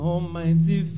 Almighty